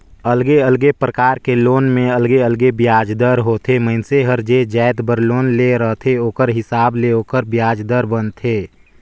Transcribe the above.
अलगे अलगे परकार के लोन में अलगे अलगे बियाज दर ह होथे, मइनसे हर जे जाएत बर लोन ले रहथे ओखर हिसाब ले ओखर बियाज दर बनथे